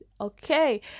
okay